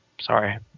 Sorry